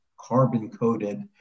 carbon-coated